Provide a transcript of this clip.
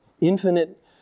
infinite